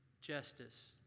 justice